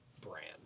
Brand